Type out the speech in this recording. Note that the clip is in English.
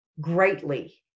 greatly